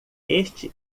este